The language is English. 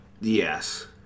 Yes